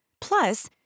Plus